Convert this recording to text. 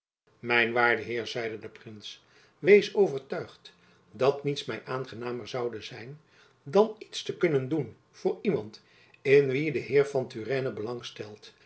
mijn waarde heer zeide de prins wees overtuigd dat niets my aangenamer zoude zijn dan jacob van lennep elizabeth musch iets te kunnen doen voor iemand in wien de heer van